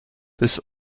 this